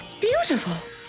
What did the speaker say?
beautiful